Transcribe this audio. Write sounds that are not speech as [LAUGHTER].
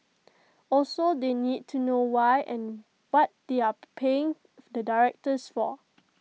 also they need to know why and what they are [NOISE] paying the directors for